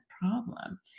problem